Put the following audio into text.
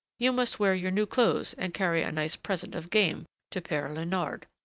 you must wear your new clothes and carry a nice present of game to pere leonard.